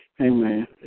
Amen